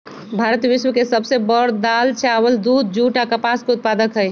भारत विश्व के सब से बड़ दाल, चावल, दूध, जुट आ कपास के उत्पादक हई